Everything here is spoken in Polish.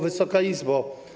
Wysoka Izbo!